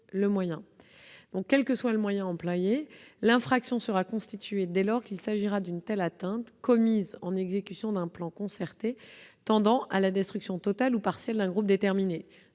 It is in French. Quel que soit ce dernier, l'infraction sera constituée dès lors qu'il s'agira d'une telle atteinte commise en exécution d'un plan concerté tendant à la destruction totale ou partielle d'un groupe déterminé.